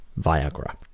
Viagra